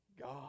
God